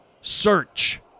search